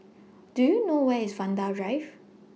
Do YOU know Where IS Vanda Drive